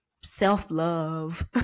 self-love